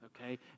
Okay